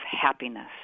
happiness